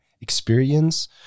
experience